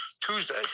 Tuesday